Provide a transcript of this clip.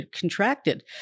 contracted